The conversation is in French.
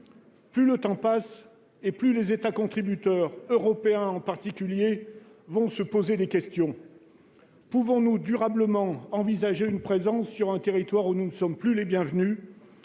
Plus le temps passe, plus les États contributeurs- européens, en particulier -vont se poser des questions. Pouvons-nous durablement envisager une présence sur un territoire où nous ne sommes plus les bienvenus ?